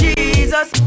Jesus